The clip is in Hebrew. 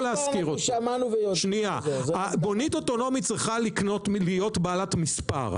ובלבד שממשיכים להתקיים התנאים למתן ההיתר